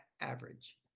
average